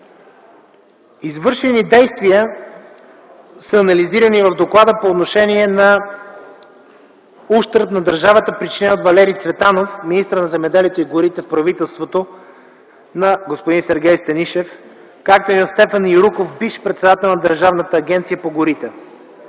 Извършени действия са анализирани в Доклада по отношение ущърб на държавата, причинен от Валери Цветанов - министър на земеделието и горите в правителството на господин Сергей Станишев, както и на Стефан Юруков - бивш председател на Държавна агенция по горите.